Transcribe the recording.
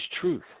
truth